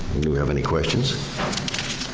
do we have any questions?